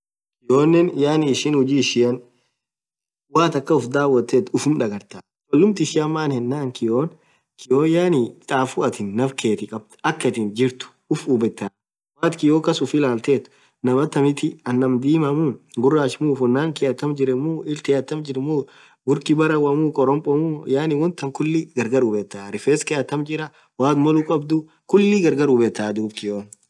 Kioonen yaani ishin huji ishia woath akhan ufdhawothetu ufummm dhagartha cholumth ishian maaenan kioon. kioo yaani chafuu athin nafff kethi khab akha atin jirthu ufff hubethaa woathin kioo kas ufff ilaltethu naam atamithi ann ñaam dhimamu ghurach muu funan kii atam jirren muu ill thii atam jirthi muu ghurkii barawa muu khoropo muu yaani wontan khulii gargar hubethaa rifess khee atam jirah woathin moluu khabdhu khulii gargar hubethaa